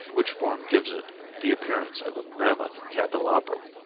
which form gives it the appearance of a mammoth candelabrum.